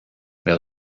there